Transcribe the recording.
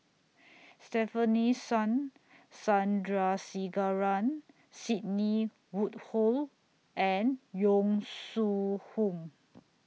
Stefanie Sun Sandrasegaran Sidney Woodhull and Yong Shu Hoong